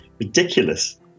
Ridiculous